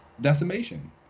Decimation